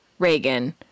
Reagan